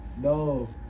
No